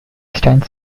stands